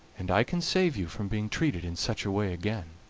and i can save you from being treated in such a way again.